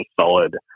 solid